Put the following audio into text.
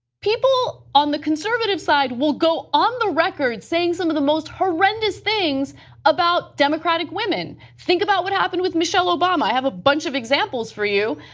people on the conservative side will go on the record saying some of the most horrendous things about democratic women. think about what happened with michelle obama. i have a bunch of examples for you.